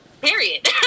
Period